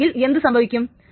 അല്ലെങ്കിൽ എന്തു സംഭവിക്കും